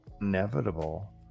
inevitable